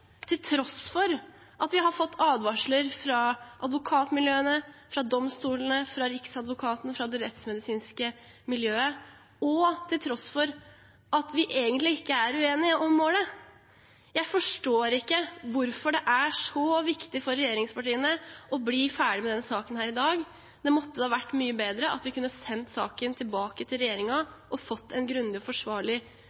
til tross for at vi har fått advarsler fra advokatmiljøene, fra domstolene, fra Riksadvokaten, fra det rettsmedisinske miljøet, og til tross for at vi egentlig ikke er uenige om målet. Jeg forstår ikke hvorfor det er så viktig for regjeringspartiene å bli ferdig med denne saken i dag. Det måtte da vært mye bedre at vi sendte saken tilbake til